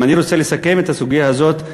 אם אני רוצה לסכם את הסוגיה הזאת,